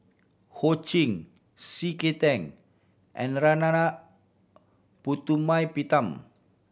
Ho Ching C K Tang and Narana Putumaippittan